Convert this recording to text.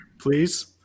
please